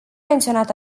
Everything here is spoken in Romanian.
menționat